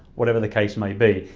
whatever the case may be.